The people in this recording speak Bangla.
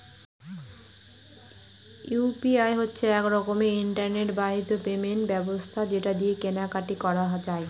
ইউ.পি.আই হচ্ছে এক রকমের ইন্টারনেট বাহিত পেমেন্ট ব্যবস্থা যেটা দিয়ে কেনা কাটি করা যায়